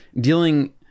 dealing